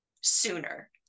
sooner